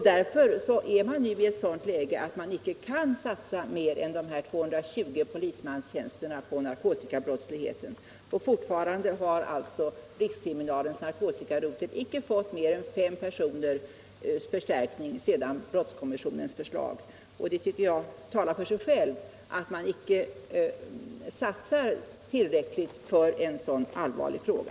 Därför är man nu i ett sådant läge att man inte kan satsa mer än de här 220 polismanstjänsterna på narkotikabrottsligheten. Och fortfarande har alltså rikskriminalens narkotikarotel icke fått mer än fem personers förstärkning sedan brottskommissionens förslag framlades. Det tycker jag talar för sig självt och visar att man icke satsar tillräckligt på en så allvarlig fråga.